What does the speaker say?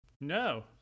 No